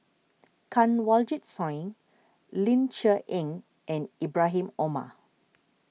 Kanwaljit Soin Ling Cher Eng and Ibrahim Omar